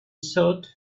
thought